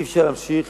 אי-אפשר להמשיך